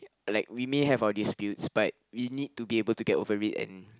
like we may have our disputes but you need to be able get overrate and